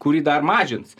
kurį dar mažins